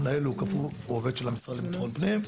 המנהל הוא עובד של המשרד לביטחון פנים.